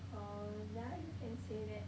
uh yeah you can say that